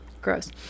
gross